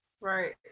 Right